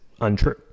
untrue